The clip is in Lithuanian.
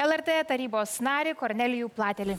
lrt tarybos narį kornelijų platelį